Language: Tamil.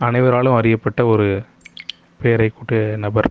அனைவராலும் அறியப்பட்ட ஒரு பெயரைக் கூட்டிய நபர்